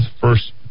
first